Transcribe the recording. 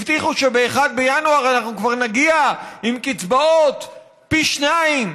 הבטיחו שב-1 בינואר אנחנו כבר נגיע עם קצבאות פי שניים.